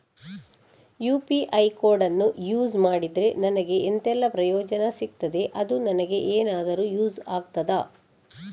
UPI ಕೋಡನ್ನು use ಮಾಡಿದ್ರೆ ನನಗೆ ಎಂಥೆಲ್ಲಾ ಪ್ರಯೋಜನ ಸಿಗ್ತದೆ, ಅದು ನನಗೆ ಎನಾದರೂ ಯೂಸ್ ಆಗ್ತದಾ?